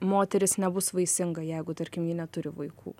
moteris nebus vaisinga jeigu tarkim ji neturi vaikų